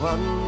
One